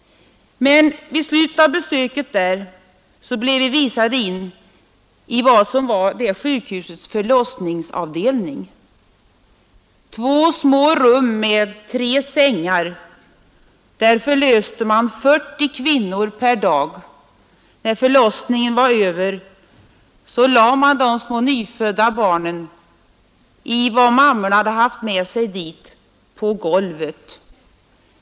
Vid slutet av besöket blev vi visade in i vad som var det sjukhusets förlossningsavdelning: två små rum med tre sängar. Där förlöste man 40 kvinnor per dag. När förlossningen var över lade man de små nyfödda barnen på golvet i vad mammorna hade haft med sig dit.